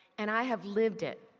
and i have lived it.